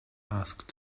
asked